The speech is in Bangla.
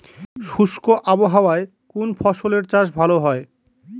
শুষ্ক আবহাওয়ায় কোন ফসলের চাষ ভালো হয়?